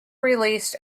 released